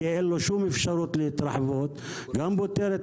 כי אין לו שום אפשרות להתרחבות; גם פותרת